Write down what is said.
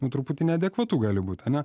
nu truputį neadekvatu gali būt ane